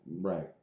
Right